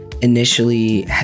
initially